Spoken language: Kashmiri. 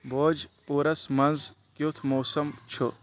بوج پورس منٛز کِیُتھ موسم چھُ